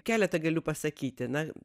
keletą galiu pasakyti na